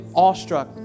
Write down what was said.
awestruck